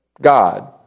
God